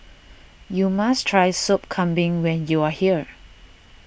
you must try Sop Kambing when you are here